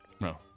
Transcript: No